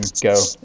go